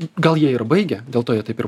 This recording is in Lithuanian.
gal jie ir baigia dėl to jie taip ir